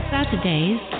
Saturdays